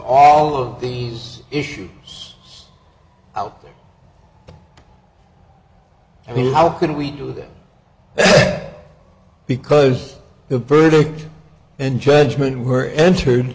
all of these issues out i mean how could we do that because the verdict and judgment were entered